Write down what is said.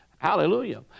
Hallelujah